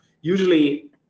usually